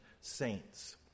saints